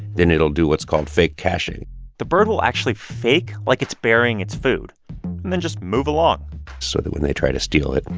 then it'll do what's called fake caching the bird will actually fake like its burying its food and then just move along so that when they try to steal it,